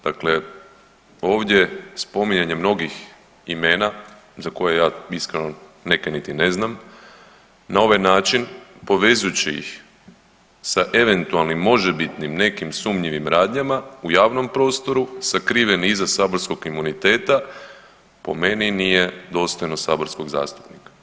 Dakle, ovdje spominjanje mnogi imena za koje ja iskreno neke niti ne znam, na ovaj način povezujući ih sa eventualnim možebitnim nekim sumnjivim radnjama u javnom prostoru sakriveni iza saborskog imuniteta po meni nije dostojno saborskog zastupnika.